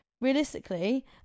realistically